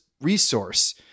resource